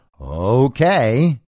Okay